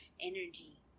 energy